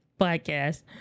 podcast